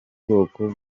bwoko